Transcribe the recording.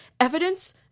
evidence